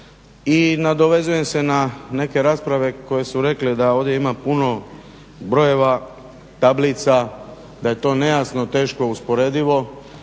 I nadovezujem se na neke rasprave koje su rekle da ovdje ima puno brojeva, tablica, da je to nejasno, teško usporedivo.